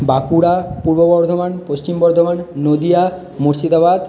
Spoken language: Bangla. বাঁকুড়া পূর্ব বর্ধমান পশ্চিম বর্ধমান নদীয়া মুর্শিদাবাদ